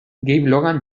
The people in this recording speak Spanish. logan